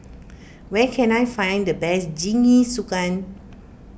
where can I find the best Jingisukan